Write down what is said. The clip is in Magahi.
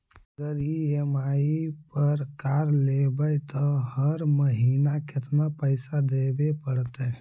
अगर ई.एम.आई पर कार लेबै त हर महिना केतना पैसा देबे पड़तै?